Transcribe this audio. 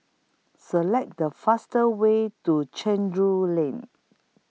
Select The fastest Way to Chencharu Lane